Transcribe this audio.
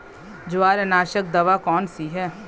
जवारनाशक दवा कौन सी है?